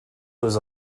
was